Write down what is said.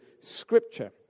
Scripture